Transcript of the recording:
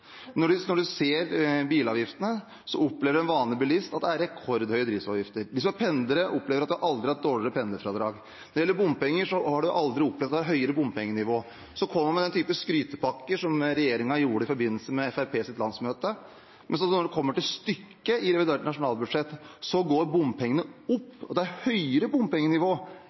Når det gjelder bilavgiftene, opplever en vanlig bilist at det er rekordhøye drivstoffavgifter. De som er pendlere, opplever at de aldri før har hatt dårligere pendlerfradrag. Når gjelder bompenger, har man aldri før opplevd et høyere bompengenivå. Så kommer man med den typen skrytepakker som regjeringen gjorde i forbindelse med Fremskrittspartiets landsmøte, men når det kommer til stykket og man ser på revidert nasjonalbudsjett, går bompengene opp, og det er et høyere bompengenivå